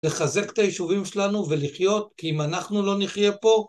לחזק את היישובים שלנו ולחיות, כי אם אנחנו לא נחיה פה..